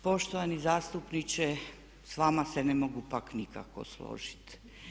Poštovani zastupniče s vama se ne mogu pak nikako složiti.